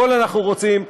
הכול אנחנו רוצים,